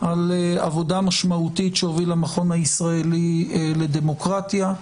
על עבודה משמעותית שהוביל המכון הישראלי לדמוקרטיה.